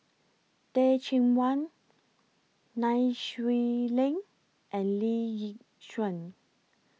Teh Cheang Wan Nai Swee Leng and Lee Yi Shyan